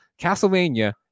Castlevania